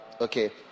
okay